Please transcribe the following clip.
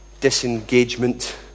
disengagement